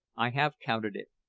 i have counted it,